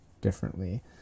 differently